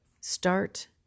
start